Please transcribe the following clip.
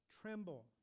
tremble